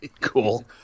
Cool